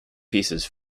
pieces